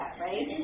right